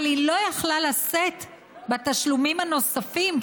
אבל היא לא יכלה לשאת בתשלומים הנוספים,